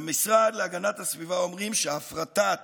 במשרד להגנת הסביבה אומרים שהפרטת